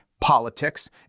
politics